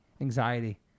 anxiety